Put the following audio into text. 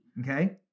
Okay